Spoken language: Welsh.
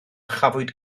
chafwyd